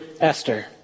Esther